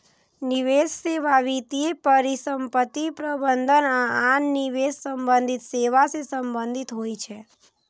निवेश सेवा वित्तीय परिसंपत्ति प्रबंधन आ आन निवेश संबंधी सेवा सं संबंधित होइ छै